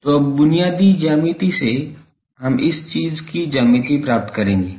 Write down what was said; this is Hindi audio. तो अब बुनियादी ज्यामिति से हम इस चीज़ की ज्यामिति प्राप्त करेंगे